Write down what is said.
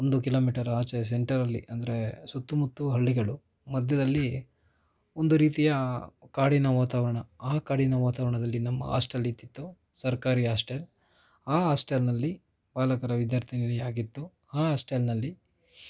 ಒಂದು ಕಿಲೋಮೀಟರ್ ಆಚೆ ಸೆಂಟರಲ್ಲಿ ಅಂದರೆ ಸುತ್ತಮುತ್ತ ಹಳ್ಳಿಗಳು ಮಧ್ಯದಲ್ಲಿ ಒಂದು ರೀತಿಯ ಕಾಡಿನ ವಾತಾವರಣ ಆ ಕಾಡಿನ ವಾತಾವರಣದಲ್ಲಿ ನಮ್ಮ ಹಾಸ್ಟೆಲ್ ಇದ್ದಿತ್ತು ಸರ್ಕಾರಿ ಹಾಸ್ಟೆಲ್ ಆ ಹಾಸ್ಟೆಲ್ನಲ್ಲಿ ಬಾಲಕರು ವಿದ್ಯಾರ್ಥಿಗಳಿಗಾಗಿತ್ತು ಆ ಹಾಸ್ಟೆಲ್ನಲ್ಲಿ